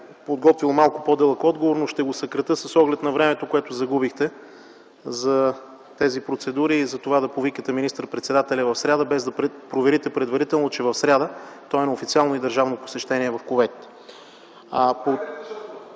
подготвил малко по-дълъг отговор, но ще го съкратя с оглед времето, което загубихте за тези процедури и за това да повикате министър-председателя в сряда, без да проверите предварително, че в сряда той е на официално и държавно посещение в Кувейт.